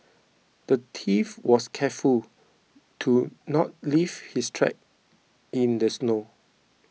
the thief was careful to not leave his tracks in the snow